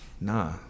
Nah